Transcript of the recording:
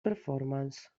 performance